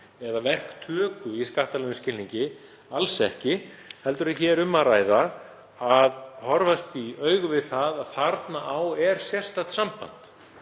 eða verktöku yfirleitt í skattalegum skilningi, alls ekki, heldur er hér um að ræða að horfast í augu við það að þarna er sérstakt samband